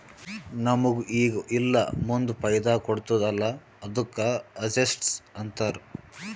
ನಮುಗ್ ಈಗ ಇಲ್ಲಾ ಮುಂದ್ ಫೈದಾ ಕೊಡ್ತುದ್ ಅಲ್ಲಾ ಅದ್ದುಕ ಅಸೆಟ್ಸ್ ಅಂತಾರ್